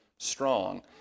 Strong